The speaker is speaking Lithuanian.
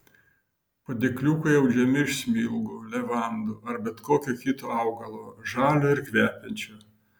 padėkliukai audžiami iš smilgų levandų ar bet kokio kito augalo žalio ir kvepiančio